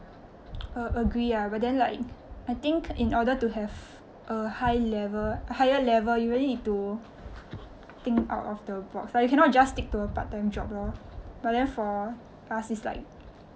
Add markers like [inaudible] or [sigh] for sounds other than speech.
[breath] a~ agree ah but then like I think in order to have a high level higher level you really need to think out of the box like you cannot just stick to a part time job lor but then for us is like